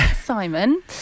Simon